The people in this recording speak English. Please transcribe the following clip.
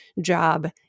job